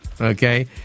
Okay